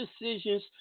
decisions